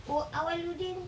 oh awaludin